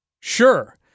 Sure